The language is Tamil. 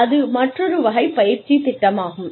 அது மற்றொரு வகை பயிற்சித் திட்டம் ஆகும்